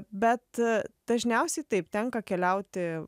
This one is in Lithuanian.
bet dažniausiai taip tenka keliauti